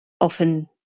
often